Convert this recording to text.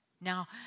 Now